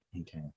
okay